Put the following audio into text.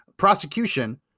Prosecution